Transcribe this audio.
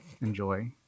enjoy